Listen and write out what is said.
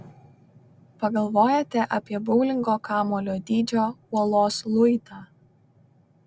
pagalvojate apie boulingo kamuolio dydžio uolos luitą